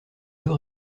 deux